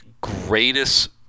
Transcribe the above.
greatest